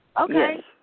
Okay